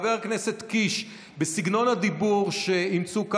יושב-ראש כנסת שמבזה את